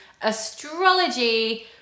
astrology